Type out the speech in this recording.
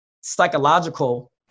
psychological